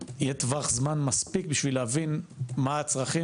שיהיה טווח זמן מספיק בשביל להבין מה הצרכים